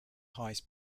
highest